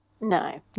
no